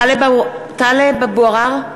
טלב אבו עראר,